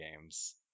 games